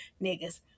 Niggas